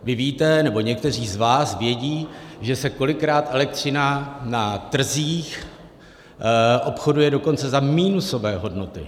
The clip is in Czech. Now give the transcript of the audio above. Vy víte, nebo někteří z vás vědí, že se kolikrát elektřina na trzích obchoduje dokonce za minusové hodnoty.